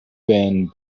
been